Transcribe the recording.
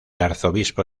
arzobispo